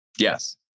yes